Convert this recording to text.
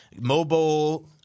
Mobile